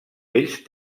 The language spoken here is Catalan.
vells